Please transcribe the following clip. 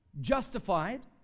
justified